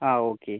ആ ഓക്കെ